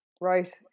right